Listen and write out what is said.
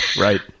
Right